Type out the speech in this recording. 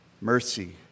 mercy